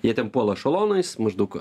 jie ten puola ešalonais maždaug